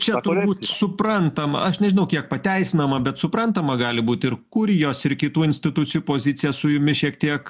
čia turbūt suprantama aš nežinau kiek pateisinama bet suprantama gali būt ir kurijos ir kitų institucijų pozicija su jumis šiek tiek